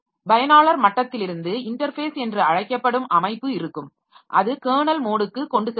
பயனாளர் மட்டத்திலிருந்து இன்டர்ஃபேஸ் என்று அழைக்கப்படும் அமைப்பு இருக்கும் அது கெர்னல் மோடுக்கு கொண்டு செல்லப்படும்